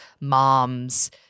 moms